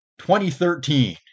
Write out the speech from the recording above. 2013